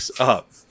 up